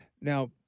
Now